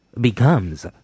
becomes